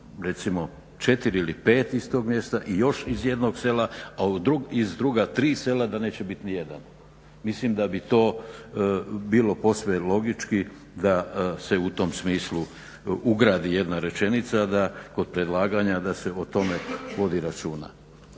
recimo, 4 ili 5 iz tog mjesta i još iz jednog sela a iz druga tri sela da neće biti ni jedan. Mislim da bi to bilo posve logički, da se u tom smislu ugradi jedna rečenica, da kod predlaganja da se o tome vodi računa.